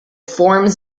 forms